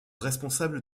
responsables